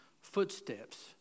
footsteps